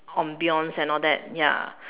ambience and all that ya